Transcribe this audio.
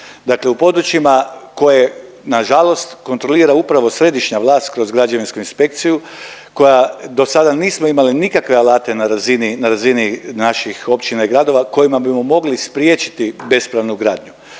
dakle u područjima koje nažalost kontrolira upravo središnja vlast kroz građevinsku inspekciju, koja dosada nismo imali nikakve alate na razini, na razini naših općina i gradovima kojima bi mogli spriječiti besplatnu gradnju.